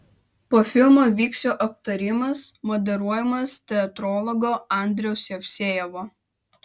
po filmo vyks jo aptarimas moderuojamas teatrologo andriaus jevsejevo